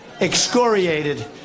excoriated